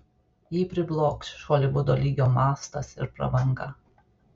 jį priblokš holivudo lygio mastas ir prabanga